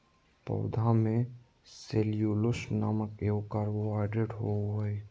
पौधा में सेल्यूलोस नामक एगो कार्बोहाइड्रेट होबो हइ